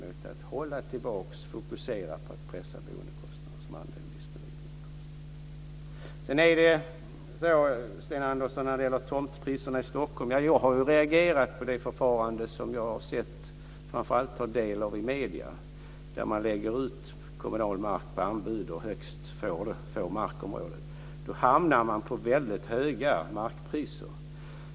Man måste hålla tillbaks och fokusera på att pressa boendekostnadernas andel av den disponibla inkomsten. När det gäller tomtpriserna i Stockholm, Sten Andersson, är det så att jag har reagerat på det förfarande som jag framför allt har tagit del av i medierna. Man lägger ut kommunal mark på anbud, och den som betalar mest får markområdet. Då hamnar man på väldigt höga markpriser.